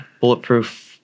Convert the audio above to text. bulletproof